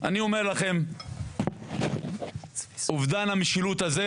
אני אומר לכם שאובדן המשילות הזה